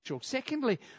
Secondly